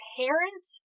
parents